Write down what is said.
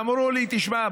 ואמרו לי: תשמע,